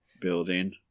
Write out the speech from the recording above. building